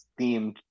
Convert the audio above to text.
themed